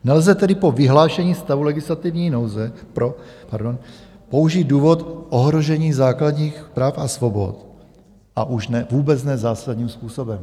Nelze tedy pro vyhlášení stavu legislativní nouze použít důvod ohrožení základních práv a svobod, a už vůbec ne zásadním způsobem.